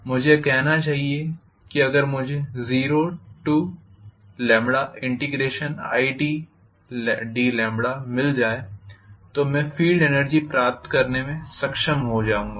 मुझे यह कहना चाहिए अगर मुझे 01id मिल जाए तो मैं फील्ड एनर्जी प्राप्त करने में सक्षम होऊंगा